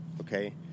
Okay